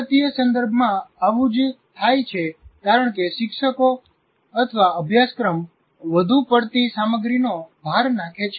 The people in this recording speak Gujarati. ભારતીય સંદર્ભમાં આવું જ થાય છે કારણ કે શિક્ષકોઅભ્યાસક્રમ વધુ પડતી સામગ્રીનો ભાર નાખે છે